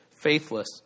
faithless